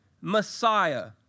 Messiah